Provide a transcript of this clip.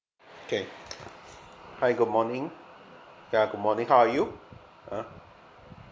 okay hi good morning ya good morning how are you uh